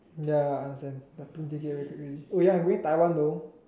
ya understand like plane ticket already already oh ya I going Taiwan though